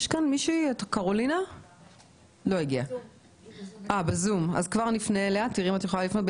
אנחנו כבר נפנה אליהם בזום.